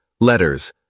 letters